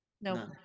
No